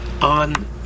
on